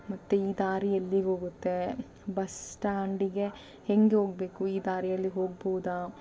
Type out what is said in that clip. ಮತ್ತೆ ಈ ದಾರಿ ಎಲ್ಲಿಗೆ ಹೋಗುತ್ತೆ ಬಸ್ ಸ್ಟ್ಯಾಂಡಿಗೆ ಹೇಗೆ ಹೋಗ್ಬೆಕು ಈ ದಾರಿಯಲ್ಲಿ ಹೋಗ್ಬೌದಾ